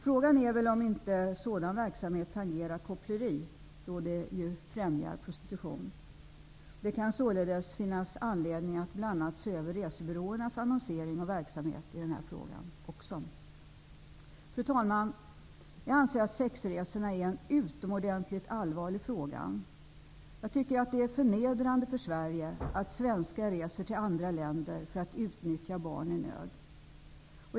Frågan är väl om inte sådan verksamhet tangerar koppleri, då det ju främjar prostitution. Det kan således finnas anledning att bl.a. se över också resebyråernas annonsering och verksamhet på detta område. Fru talman! Jag anser att sexresorna är en utomordentligt allvarlig fråga. Jag tycker att det är förnedrande för Sverige att svenskar reser till andra länder för att utnyttja barn i nöd.